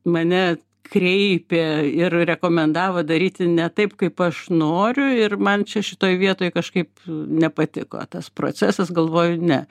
mane kreipė ir rekomendavo daryti ne taip kaip aš noriu ir man čia šitoj vietoj kažkaip nepatiko tas procesas galvoju ne